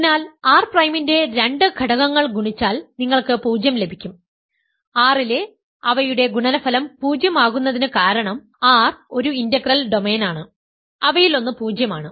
അതിനാൽ R പ്രൈമിന്റെ രണ്ട് ഘടകങ്ങൾ ഗുണിച്ചാൽ നിങ്ങൾക്ക് 0 ലഭിക്കും R ലെ അവയുടെ ഗുണനഫലം 0 ആകുന്നതിനു കാരണം R ഒരു ഇന്റഗ്രൽ ഡൊമെയ്നാണ് അവയിലൊന്ന് പൂജ്യമാണ്